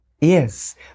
Yes